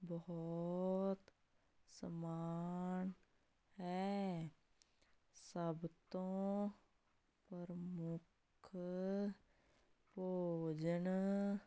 ਬਹੁਤ ਸਮਾਨ ਹੈ ਸਭ ਤੋਂ ਪ੍ਰਮੁੱਖ ਭੋਜਨ